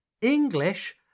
English